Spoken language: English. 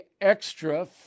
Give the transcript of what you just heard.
extra